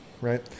right